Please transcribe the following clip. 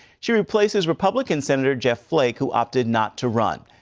she replaces republican senator jeff flake who opted not to run.